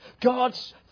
God's